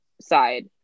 side